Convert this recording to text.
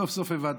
סוף-סוף הבנתי,